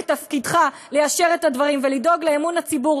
ותפקידך ליישר את הדברים ולדאוג לאמון הציבור